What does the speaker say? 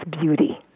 beauty